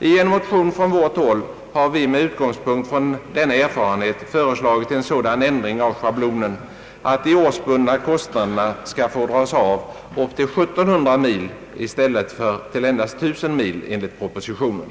I en motion från vårt håll har vi, med utgångspunkt från denna erfarenhet, föreslagit en sådan ändring av schablonen att de ortsbundna kostnaderna skall få dras av upp till 1 700 mil i stället för endast upp till 1000 mil, som föreslagits i propositionen.